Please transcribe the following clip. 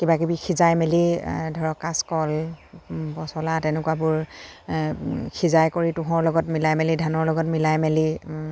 কিবাকিবি সিজাই মেলি ধৰক কাচকল পচলা তেনেকুৱাবোৰ সিজাই কৰি তোঁহৰ লগত মিলাই মেলি ধানৰ লগত মিলাই মেলি